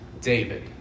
David